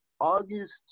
August